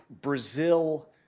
Brazil